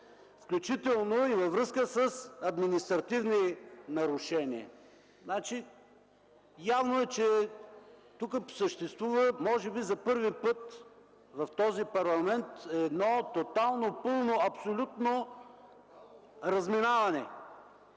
включително и във връзка с административни нарушения. Явно е, че тук съществува може би за първи път в този парламент едно тотално, пълно, абсолютно разминаване